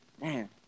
man